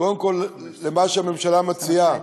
קודם כול, למה שהממשלה מציעה,